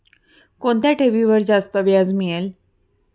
कोणत्या ठेवीवर जास्त व्याज मिळेल?